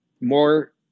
more